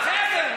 בסדר.